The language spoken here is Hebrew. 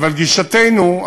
אבל גישתנו,